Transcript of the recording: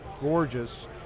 gorgeous